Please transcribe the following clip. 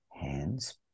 hands